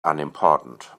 unimportant